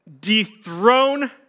dethrone